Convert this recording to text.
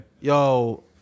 yo